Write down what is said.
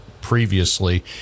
previously